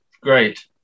great